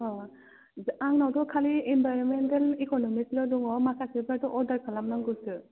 अ आंनावथ' खालि environmental economics ल' दङ माखासेफ्राथ' अर्डार खालामनांगोनसो